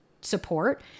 support